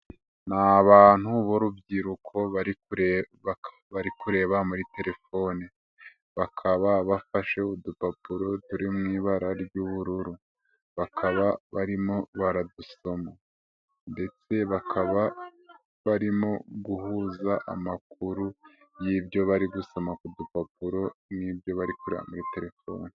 Ni abantu b'urubyiruko bari kure bari kureba muri telefoni, bakaba bafashe udupapuro turi mu ibara ry'ubururu, bakaba barimo baradusoma ndetse bakaba barimo guhuza amakuru y'ibyo bari gusoma ku dupapuro n'ibyo bari kureba muri telefoni.